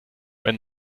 wenn